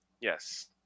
Yes